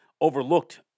overlooked